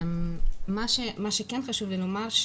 מה שכן חשוב לי לומר,